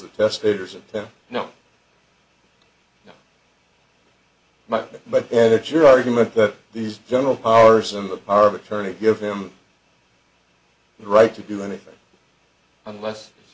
them no my but yet your argument that these general powers and the power of attorney give them the right to do anything unless